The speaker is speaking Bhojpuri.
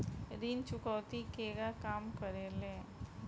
ऋण चुकौती केगा काम करेले?